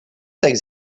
take